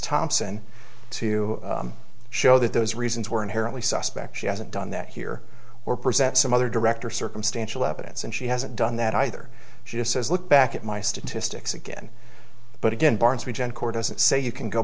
thompson to show that those reasons were inherently suspect she hasn't done that here or present some other director circumstantial evidence and she hasn't done that either she just says look back at my statistics again but again barnes region core doesn't say you can go